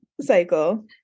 cycle